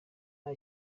nta